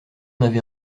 avait